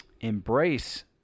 embrace